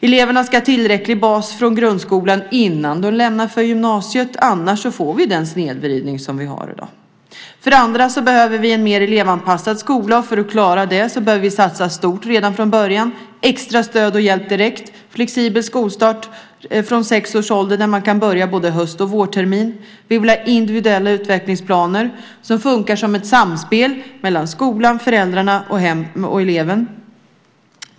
Eleverna ska ha tillräcklig bas från grundskolan innan de lämnar för gymnasiet, annars får vi den snedvridning som vi har i dag. Vi behöver en mer elevanpassad skola. För att klara det behöver vi satsa stort redan från början med extra stöd och hjälp direkt och flexibel skolstart från sex års ålder där man kan börja både höst och vårtermin. Vi vill ha individuella utvecklingsplaner som fungerar som ett samspel mellan skolan, föräldrarna och eleven.